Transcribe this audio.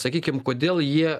sakykim kodėl jie